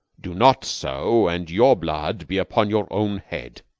do not so, and your blood be upon your own head.